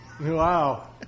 Wow